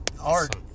art